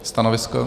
Stanovisko?